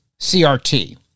CRT